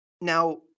now